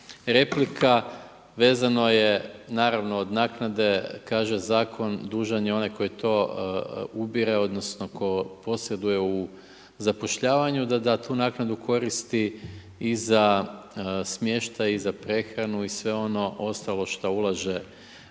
replika, vezano je naravno od naknade kaže zakon, dužan je onaj koji to ubire odnosno tko posjeduje u zapošljavanju, da tu naknadu koristi i za smještaj i za prehranu i sve ono ostalo šta ulaže